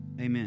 Amen